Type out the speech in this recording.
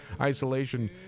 isolation